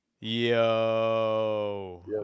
Yo